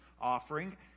offering